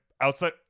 outside